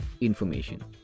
information